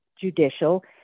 judicial